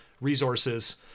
resources